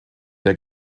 der